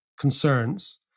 concerns